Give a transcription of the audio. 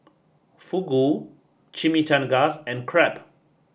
Fugu Chimichangas and Crepe